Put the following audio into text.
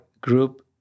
group